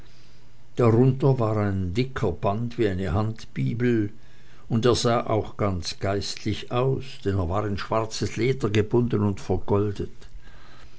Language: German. darunter war ein dicker band wie eine handbibel und er sah auch ganz geistlich aus denn er war in schwarzes leder gebunden und vergoldet